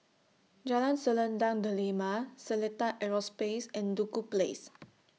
Jalan Selendang Delima Seletar Aerospace and Duku Place